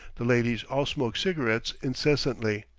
the ladies all smoke cigarettes incessantly.